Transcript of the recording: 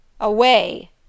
Away